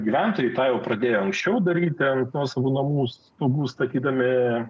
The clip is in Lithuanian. gyventojai tą jau pradėjo anksčiau daryti ant nuosavų namų stogų statydami